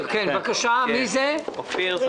אופיר,